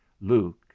Luke